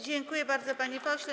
Dziękuję bardzo, panie pośle.